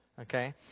okay